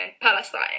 Palestine